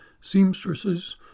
seamstresses